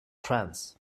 trance